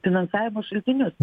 finansavimo šaltinius